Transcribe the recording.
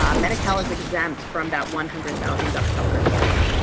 um medical is exempt from that one hundred thousand dollar cap.